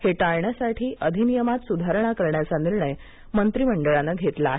हे टाळण्यासाठी अधिनियमात सुधारणा करण्याचा निर्णय मंत्रिमंडळानं घेतला आहे